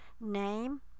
name